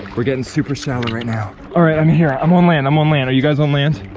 we're getting super shallow right now. all right, i'm here. i'm on land, i'm on land. are you guys on land?